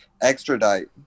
extradite